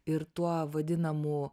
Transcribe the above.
ir tuo vadinamu